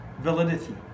validity